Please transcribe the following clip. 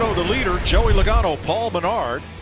so the leader joey lagano, paul menard,